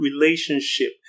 relationship